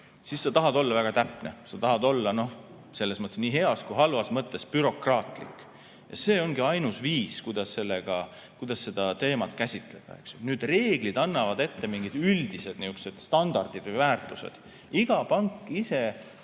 siis sa tahad olla väga täpne, sa tahad olla selles mõttes nii heas kui ka halvas mõttes bürokraatlik. Ja see ongi ainus viis, kuidas seda teemat käsitleda. Nüüd, reeglid annavad ette mingid üldised standardid või väärtused. Iga pank ise